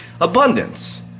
abundance